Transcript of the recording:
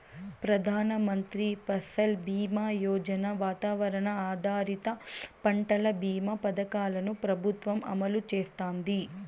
ప్రధాన మంత్రి ఫసల్ బీమా యోజన, వాతావరణ ఆధారిత పంటల భీమా పథకాలను ప్రభుత్వం అమలు చేస్తాంది